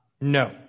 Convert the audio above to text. No